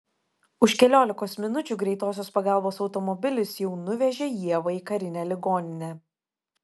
už keliolikos minučių greitosios pagalbos automobilis jau nuvežė ievą į karinę ligoninę